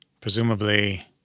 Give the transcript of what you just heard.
Presumably